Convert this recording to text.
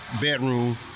bedroom